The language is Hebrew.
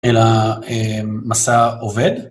אלא מסע עובד.